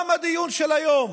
גם בדיון היום